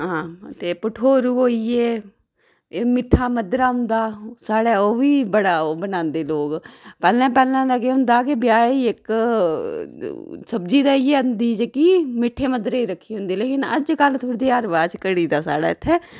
हां ते भठोरू होई गे ते एह् मिट्ठा मद्धरा होंदा साढ़ै ओह् बी बड़ा ओह् बनांदे लोग पैहलें पैहलें तां केह् होंदा हा कि ब्याहें गी इक सब्जी ते इ'यै होंदी ही जेह्की मिट्ठे मद्धरे दी रक्खी दी होंदी ही लेकिन अजकल थोह्ड़ा नेहा रिवाज घटी गेदा साढ़ै इत्थै